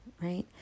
right